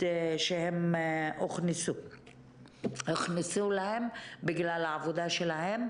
שהם הוכנסו אליהם בגלל העבודה שלהם.